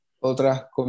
Otras